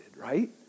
right